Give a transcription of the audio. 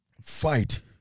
fight